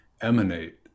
emanate